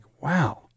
wow